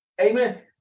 Amen